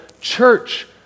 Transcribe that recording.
church